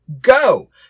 Go